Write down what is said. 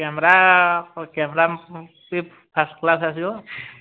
camera camera ବି first class ଆସିବ